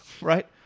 right